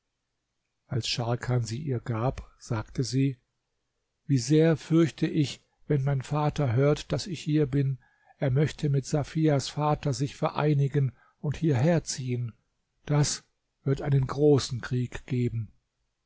als scharkan sie ihr gab sagte sie wie sehr fürchte ich wenn mein vater hört daß ich hier bin er möchte mit safias vater sich vereinigen und hierher ziehen das wird einen großen krieg geben